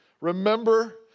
remember